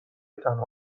تنها